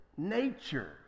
Nature